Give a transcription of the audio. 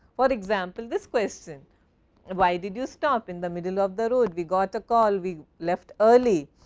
for example, this question and why did you stop in the middle of the road? we got a call, we left early,